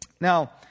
Now